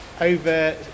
over